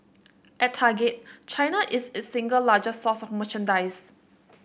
at Target China is its single largest source of merchandise